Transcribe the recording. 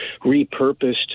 repurposed